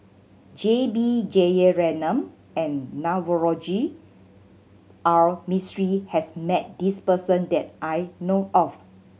J B Jeyaretnam and Navroji R Mistri has met this person that I know of